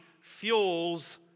fuels